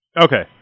Okay